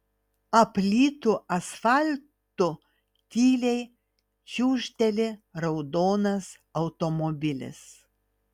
aplytu asfaltu tyliai čiūžteli raudonas automobilis